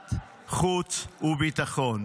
ולוועדת החוץ והביטחון.